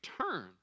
turn